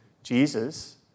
Jesus